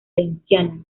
valenciana